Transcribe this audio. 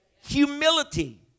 humility